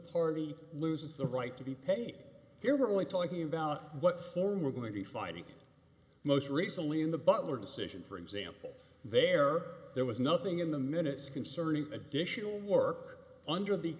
party loses the right to be paid here we're only talking about what form we're going to be fighting most recently in the butler decision for example there there was nothing in the minutes concerning additional work under the